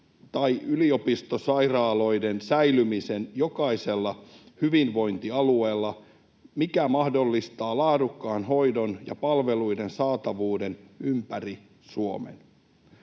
tai yliopistosairaaloiden säilymisen jokaisella hyvinvointialueella, mikä mahdollistaa laadukkaan hoidon ja palveluiden saatavuuden ympäri Suomen.